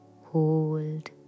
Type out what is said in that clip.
hold